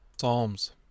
Psalms